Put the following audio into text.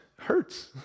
hurts